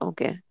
Okay